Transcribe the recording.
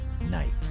night